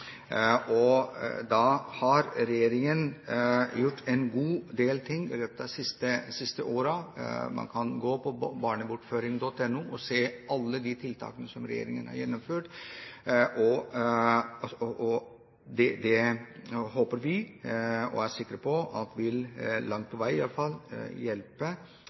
har gjort en god del ting i løpet av de siste årene. Man kan gå på barnebortføring.no og se alle de tiltakene som regjeringen har gjennomført. Det håper vi, og er sikre på langt på vei, i hvert fall vil hjelpe